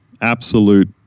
absolute